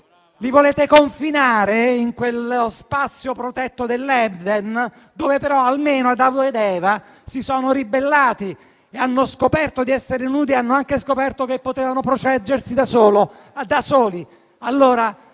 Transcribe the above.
Li volete confinare in quello spazio protetto dell'Eden, dove però Adamo ed Eva si sono ribellati, hanno scoperto di essere nudi e hanno anche scoperto che potevano proteggersi da soli.